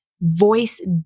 voice